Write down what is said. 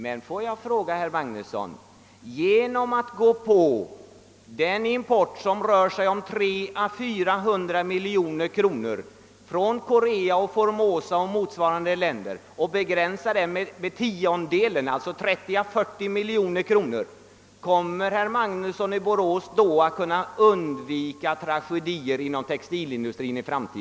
Men kan herr Magnusson undvika tragedier inom textilindustrin i framtiden genom att begränsa importen från Korea, Formosa och motsvarande länder — som rör sig om mellan 300 och 400 miljoner kronor — med en tiondel, alltså 30 å 40 miljoner kronor?